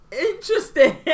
Interesting